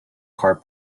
car